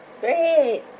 great